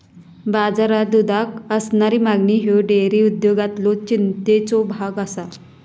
बाजारात दुधाक असणारी मागणी ह्यो डेअरी उद्योगातलो चिंतेचो भाग आसा